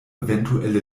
eventuelle